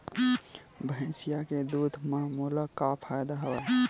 भैंसिया के दूध म मोला का फ़ायदा हवय?